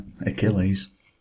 Achilles